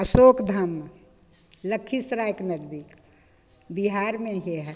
अशोक धाममे लक्खीसरायके नजदीक बिहारमे ही हइ